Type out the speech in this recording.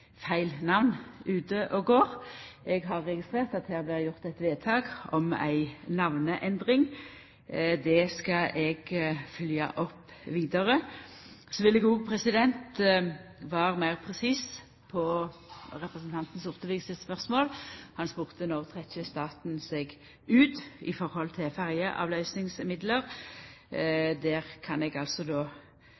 feil namn ute og går. Eg har registrert at det vart gjort eit vedtak om ei namneendring. Det skal eg følgja opp vidare. Så vil eg òg vera meir presis på representanten Sortevik sitt spørsmål. Han spurde: Når trekkjer staten seg ut når det gjeld ferjeavløysingsmidlar?